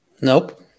Nope